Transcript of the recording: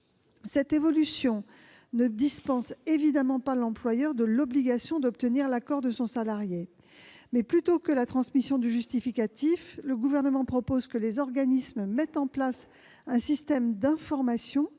telle évolution ne dispense évidemment pas l'employeur de l'obligation d'obtenir l'accord de son salarié. Mais, au lieu de la transmission du justificatif, le Gouvernement propose que les organismes mettent en place un système d'information